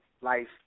life